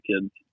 kids